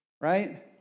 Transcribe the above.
right